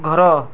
ଘର